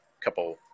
couple